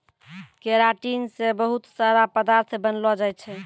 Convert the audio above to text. keratin से बहुत सारा पदार्थ बनलो जाय छै